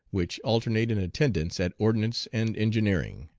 which alternate in attendance at ordnance and engineering.